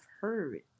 heard